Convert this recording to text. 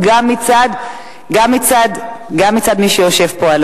גם מצד מי שיושב פה,